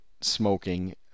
smoking